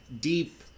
deep